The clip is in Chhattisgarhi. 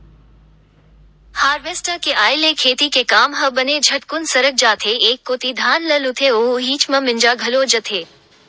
हारवेस्टर के आय ले खेती के काम ह बने झटकुन सरक जाथे एक कोती धान ल लुथे अउ उहीच म मिंजा घलो जथे